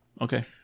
Okay